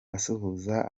asuhuza